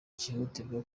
cyihutirwa